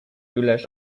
rulers